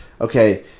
okay